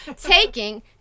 taking